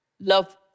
love